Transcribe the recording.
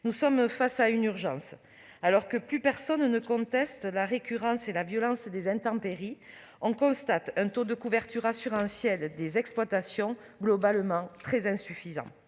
Nous sommes face à une urgence. Alors que plus personne ne conteste la récurrence et la violence des intempéries, on constate un taux de couverture assurantielle des exploitations globalement très insuffisant.